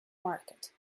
market